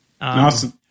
awesome